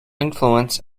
influence